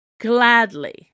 Gladly